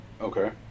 Okay